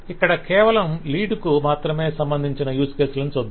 ఇక్కడ కేవలం లీడ్ కు మాత్రమే సంబంధించిన యూస్ కేసులను చూద్దాం